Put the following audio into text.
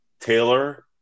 Taylor